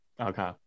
Okay